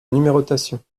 numérotation